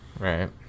Right